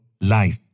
life